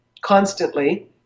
constantly